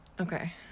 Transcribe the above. okay